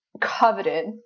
coveted